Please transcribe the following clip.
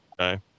Okay